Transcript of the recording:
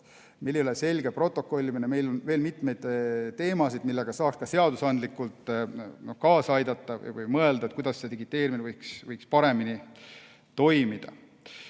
meil ei ole selge protokollimine, meil on veel mitmeid teemasid, millega saaks ka seadusandlikult kaasa aidata ja mõelda, kuidas digiteerimine võiks paremini toimida.